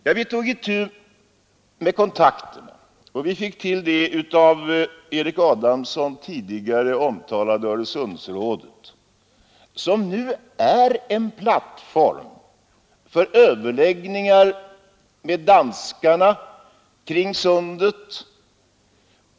Ja, vi tog kontakter och lyckades skapa det av Erik Adamsson tidigare omtalade Öresundsrådet, som nu är en plattform för överläggningar med danskarna kring sundet.